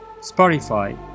Spotify